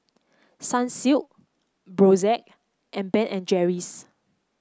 Sunsilk Brotzeit and Ben and Jerry's